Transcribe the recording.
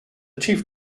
chief